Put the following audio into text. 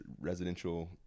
residential